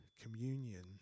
communion